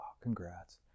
congrats